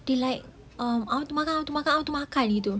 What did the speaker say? they like um mana mana makanan